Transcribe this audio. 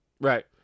right